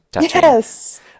Yes